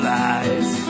lies